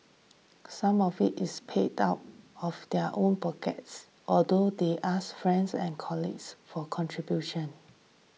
some of it is paid out of their own pockets although they also ask friends and colleagues for contributions